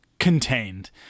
Contained